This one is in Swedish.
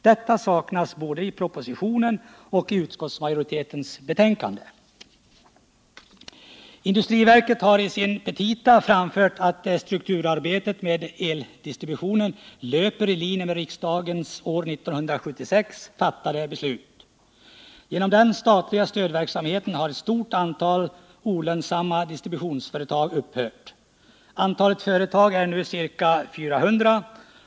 Detta saknas både i propositionen och i utskottsmajoritetens skrivning i betänkandet. Industriverket har i sina petita framfört att strukturarbetet med eldistributionen löper i linje med riksdagens år 1976 fattade beslut. Genom den statliga stödverksamheten har ett stort antal olönsamma distributionsföretag upphört. Antalet företag är nu ca 400.